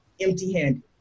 empty-handed